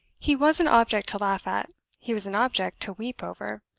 he was an object to laugh at he was an object to weep over.